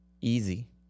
easy